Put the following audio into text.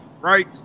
right